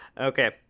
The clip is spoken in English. okay